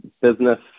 business